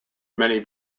many